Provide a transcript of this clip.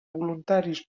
voluntaris